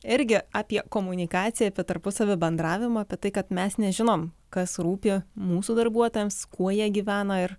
irgi apie komunikaciją apie tarpusavio bendravimą apie tai kad mes nežinom kas rūpi mūsų darbuotojams kuo jie gyvena ir